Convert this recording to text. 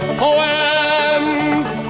poems